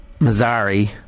Mazzari